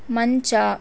ಮಂಚ